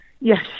Yes